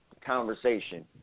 conversation